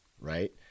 right